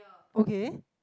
okay